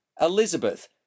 Elizabeth